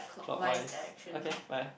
clockwise okay fly ah